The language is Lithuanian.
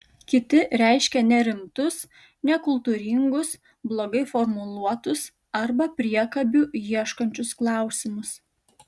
kiti reiškė nerimtus nekultūringus blogai formuluotus arba priekabių ieškančius klausimus